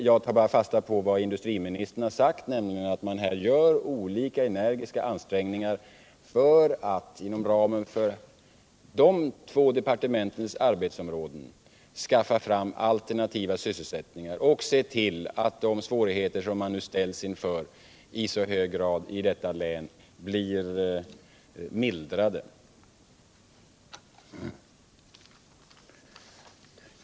Jag tar bara fasta på vad industriministern uttalat, nämligen att man här gör energiska ansträngningar för att inom de två departementen skaffa fram alternativa sysselsättningar och se till att de svårigheter som man ställs inför i så hög grad i detta län blir mildrade.